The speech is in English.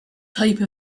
type